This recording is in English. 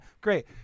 Great